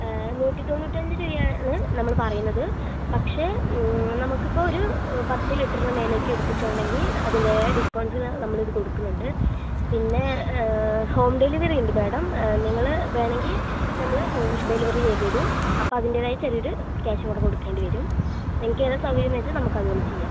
നൂറ്റി തൊണ്ണൂറ്റഞ്ച് രൂപ ആണ് നമ്മൾ പറയുന്നത് പക്ഷെ നമുക്ക് ഇപ്പം ഒരു പത്തു ലിറ്ററിന് മേലേയ്ക്ക് എടുത്തിട്ടുണ്ടെങ്കിൽ അതിൻ്റേതായ ഡിസ്ക്കൗണ്ട്സിന് നമ്മൾ ഇത് കൊടുക്കുന്നുണ്ട് പിന്നെ ഹോം ഡെലിവറി ഉണ്ട് മേഡം നിങ്ങൾ വേണമെങ്കിൽ നമ്മൾ ഹോം ഡെലിവറി ചെയ്തു തരും അപ്പം അതിൻ്റെതായ ചെറിയൊരു ക്യാഷ് ഇങ്ങോട്ട് കൊടുക്കേണ്ടി വരും നിങ്ങൾക്ക് ഏതാണ് സൗകര്യമെന്നു വച്ചാൽ നമ്മൾക്ക് അതുപോലെ ചെയ്യാം